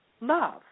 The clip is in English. love